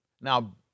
Now